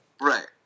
Right